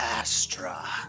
Astra